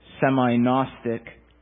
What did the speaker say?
semi-Gnostic